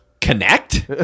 connect